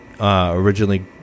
originally